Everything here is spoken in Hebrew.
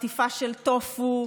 עטיפה של טופו,